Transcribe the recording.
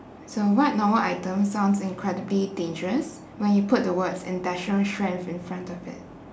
so what normal items sounds incredibly dangerous when you put the words industrial strength in front of it